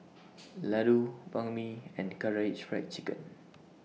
Ladoo Banh MI and Karaage Fried Chicken